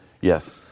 Yes